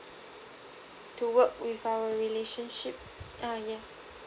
to work with our relationship uh yes